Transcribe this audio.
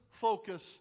focus